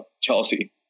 Chelsea